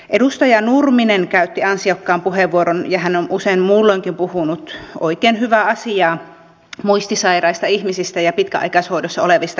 edustaja nurminen käytti ansiokkaan puheenvuoron ja hän on usein muulloinkin puhunut oikein hyvää asiaa muistisairaista ihmisistä ja pitkäaikaishoidossa olevista ihmisistä